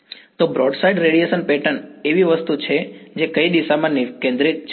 તો broadside radiation pattern એવી વસ્તુ છે જે કઈ દિશામાં કેન્દ્રિત છે